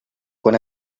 quan